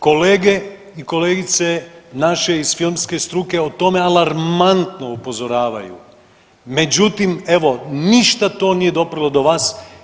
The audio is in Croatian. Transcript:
Kolege i kolegice naše iz filmske struke o tome alarmantno upozoravaju, međutim evo ništa to nije doprlo do vas.